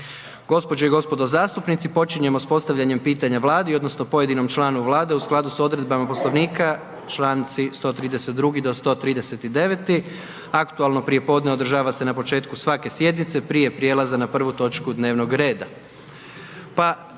Gospođe i gospodo zastupnici, počinjemo s postavljanjem pitanja Vladi odnosno pojedinom članu Vlade u skladu s odredbama Poslovnika čl. 132. do čl. 139. Aktualno prijepodne održava se na početku svake sjednice prije prijelaza na prvu točku dnevnog reda,